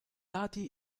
lati